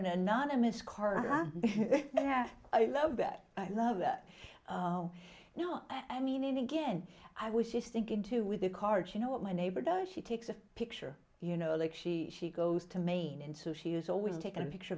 an anonymous card they have i love that i love that now i mean it again i was just thinking too with the cards you know what my neighbor does she takes a picture you know like she she goes to maine and so she was always take a picture